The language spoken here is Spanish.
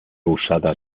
usada